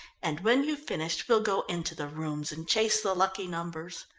and when you've finished we'll go into the rooms and chase the lucky numbers.